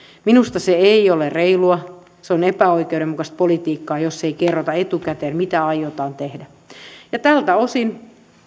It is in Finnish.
minusta se ei ole reilua on epäoikeudenmukaista politiikkaa jos ei kerrota etukäteen mitä aiotaan tehdä tältä osin